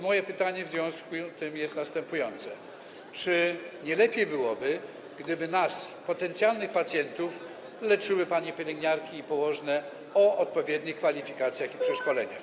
Moje pytanie w związku z tym jest następujące: Czy nie lepiej byłoby, gdyby nas, potencjalnych pacjentów, leczyły panie pielęgniarki i położne o odpowiednich kwalifikacjach i po przeszkoleniach?